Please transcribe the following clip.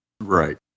Right